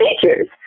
features